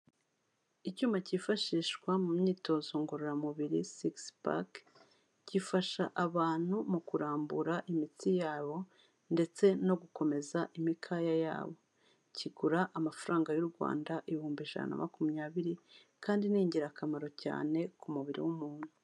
Icyuma cyifashishwa mu myitozo ngororamubiri sigisi pake gifasha abantu mu kurambura imitsi yabo ndetse no gukomeza imikaya yabo, kigura amafaranga y'u Rwanda ibihumbi ijana na makumyabiri kandi ni ingirakamaro cyane ku mubiri w'umuntu.